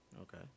Okay